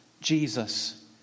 Jesus